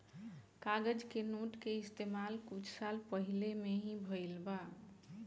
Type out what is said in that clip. कागज के नोट के इस्तमाल कुछ साल पहिले में ही भईल बा